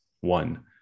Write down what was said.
one